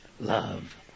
love